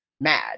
Mad